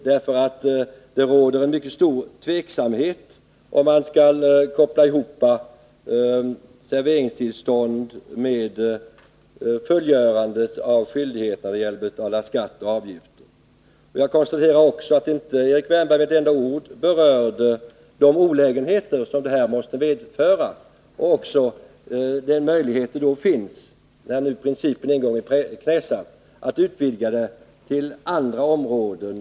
Vi gör det av den anledningen att det råder en mycket stor tveksamhet om huruvida man skall koppla ihop serveringstillstånd med fullgörandet av skyldigheten att betala skatter och avgifter. Och jag konstaterar att Erik Wärnberg inte med ett enda ord berörde de olägenheter som de föreslagna reglerna när det gäller serveringstillstånd måste medföra. Han nämnde inte heller de möjligheter som finns att — när principen nu en gång är knäsatt — utvidga den till andra områden.